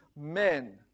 men